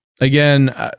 Again